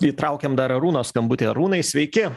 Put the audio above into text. įtraukiam dar arūno skambutį arūnai sveiki